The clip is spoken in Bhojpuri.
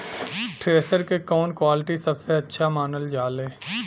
थ्रेसर के कवन क्वालिटी सबसे अच्छा मानल जाले?